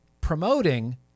promoting